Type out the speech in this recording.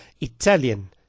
Italian